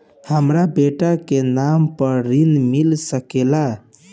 हमरा बेटा के नाम पर ऋण मिल सकेला?